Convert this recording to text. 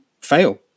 fail